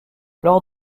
lors